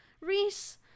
Reese